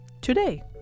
today